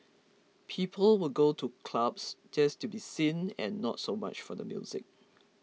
people would go to clubs just to be seen and not so much for the music